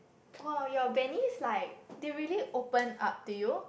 !wow! your bunnies like they really open up to you